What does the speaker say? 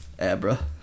Abra